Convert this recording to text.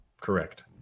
Correct